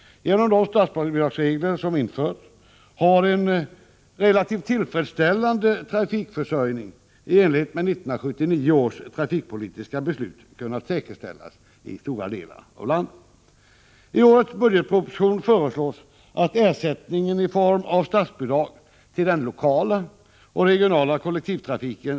Genom de statsbidragsregler som införts har en relativt tillfredsställande trafikförsörjning i enlighet med 1979 års trafikpolitiska beslut kunnat säkerställas i stora delar av landet.